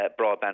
broadband